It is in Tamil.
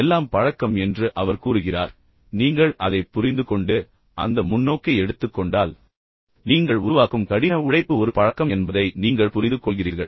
எல்லாம் பழக்கம் என்று அவர் கூறுகிறார் இப்போது நீங்கள் அதைப் புரிந்துகொண்டு அந்த முன்னோக்கை எடுத்துக் கொண்டால் நீங்கள் உருவாக்கும் கடின உழைப்பு ஒரு பழக்கம் என்பதை நீங்கள் புரிந்துகொள்கிறீர்கள்